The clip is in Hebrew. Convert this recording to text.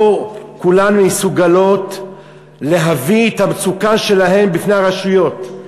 לא כולן מסוגלות להביא את המצוקה שלהן בפני הרשויות.